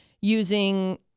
using